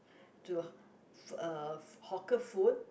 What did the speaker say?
to f~ uh hawker food